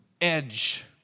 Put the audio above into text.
edge